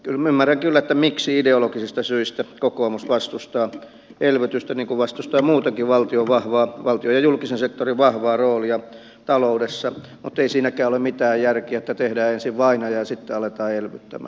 ymmärrän kyllä miksi ideologisista syistä kokoomus vastustaa elvytystä niin kuin vastustaa muutakin valtion ja julkisen sektorin vahvaa roolia taloudessa mutta ei siinäkään ole mitään järkeä että tehdään ensin vainaja ja sitten aletaan elvyttämään